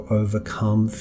overcome